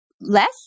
less